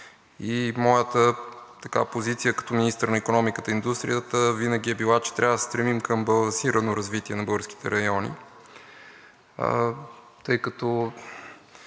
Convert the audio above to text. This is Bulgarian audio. и моята позиция като министър на икономиката и индустрията винаги е била, че трябва да се стремим към балансирано развитие на българските райони. Ако